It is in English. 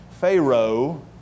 Pharaoh